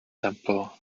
temple